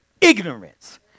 ignorance